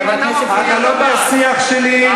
אתה לא בשיח שלי,